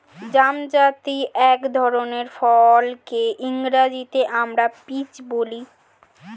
জামজাতীয় এক ধরনের ফলকে ইংরেজিতে আমরা পিচ বলি